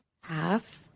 half